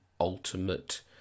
ultimate